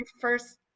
first